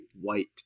white